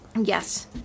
Yes